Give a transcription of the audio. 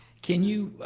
can you,